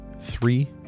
three